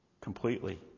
Completely